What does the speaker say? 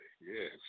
Yes